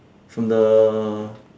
from the